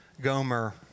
Gomer